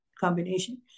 combination